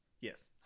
yes